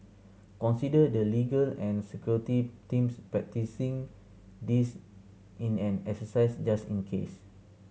consider the legal and security teams practising this in an exercise just in case